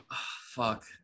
fuck